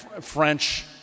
French